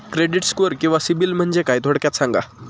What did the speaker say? Credit score किंवा सिबिल म्हणजे काय? थोडक्यात सांगा